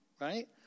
right